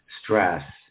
stress